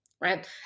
right